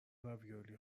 راویولی